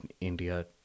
India